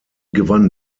gewann